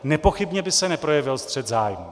Nepochybně by se neprojevil střet zájmů.